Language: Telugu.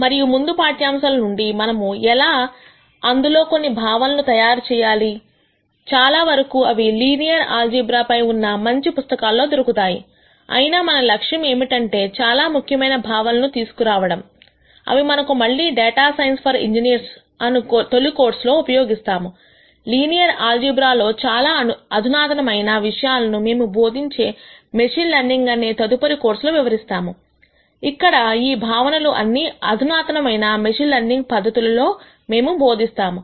మరియు ముందు పాఠ్యాంశముల నుండి మనము ఎలా అందులో కొన్ని భావనలను తయారు చేయాలి చాలావరకూ అవి లీనియర్ ఆల్జీబ్రా పై ఉన్న మంచి పుస్తకాల్లో దొరుకుతాయి అయినా మన లక్ష్యం ఏమిటంటే చాలా ముఖ్యమైన భావనలను తీసుకురావడం అవి మనము మళ్లీ డేటా సైన్స్ ఫర్ ఇంజనీర్స్ అను తొలి కోర్సులో ఉపయోగిస్తాము లీనియర్ ఆల్జీబ్రా లో చాలా అధునాతనమైన విషయాలను మేము బోధించే మెషీన్ లెర్నింగ్ అనే తదుపరి కోర్స్ లో వివరిస్తాము అక్కడ ఈ భావనలు అన్ని అధునాతనమైన మెషిన్ లెర్నింగ్ పద్ధతుల లో మేము బోధిస్తాము